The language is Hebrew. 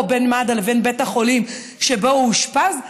או בין מד"א לבין בית החולים שבו הוא אושפז,